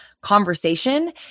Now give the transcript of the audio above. conversation